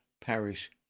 Parish